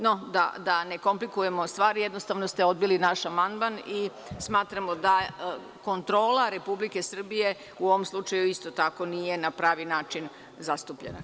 No, da ne komplikujemo stvari, jednostavno ste odbili naš amandman i smatramo da kontrola Republike Srbije u ovom slučaju isto tako nije na pravi način zastupljena.